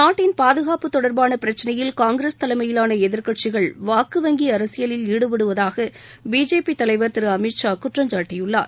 நாட்டின் பாதுகாப்பு தொடர்பான பிரச்சினையில் காங்கிரஸ் தலைமையிலான எதிர்க்கட்சிகள் வாக்கு வங்கி அரசியலில் ஈடுபடுவதாக பிஜேபி தலைவர் திரு அமித் ஷா குற்றம் சாட்டியுள்ளார்